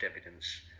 evidence